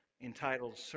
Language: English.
entitled